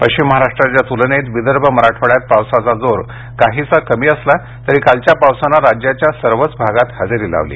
पश्चिम महाराष्ट्राच्या तुलनेत विदर्भ मराठवाड्यात पावसाचा जोर काहीसा कमी असला तरी कालच्या पावसानं राज्याच्या सर्वच भागात हजेरी लावली